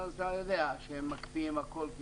אבל אתה יודע שהם מקפיאים הכול.